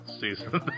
season